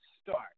start